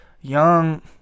young